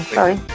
Sorry